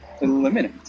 Eliminate